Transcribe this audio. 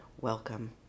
welcome